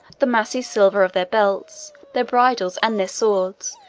the massy silver of their belts, their bridles, and their swords,